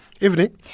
Evening